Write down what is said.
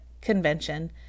convention